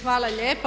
Hvala lijepa.